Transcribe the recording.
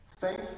faith